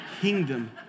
kingdom